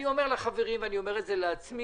אני אומר לחברים ולעצמי,